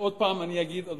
אני אגיד שוב,